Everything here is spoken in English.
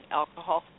alcohol